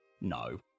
No